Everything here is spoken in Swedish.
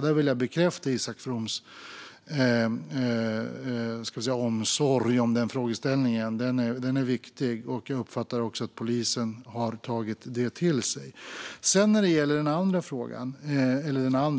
Där vill jag bekräfta Isak Froms omsorg om den frågeställningen. Den är viktig, och jag uppfattar också att polisen har tagit detta till sig. Sedan gäller det den fråga som är sammankopplad med denna